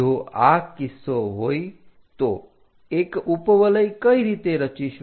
જો આ કિસ્સો હોય તો એક ઉપવલય કઈ રીતે રચીશું